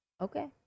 Okay